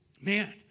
Man